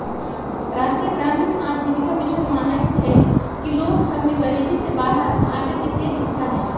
राष्ट्रीय ग्रामीण आजीविका मिशन मानइ छइ कि लोग सभ में गरीबी से बाहर आबेके तेज इच्छा हइ